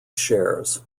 shares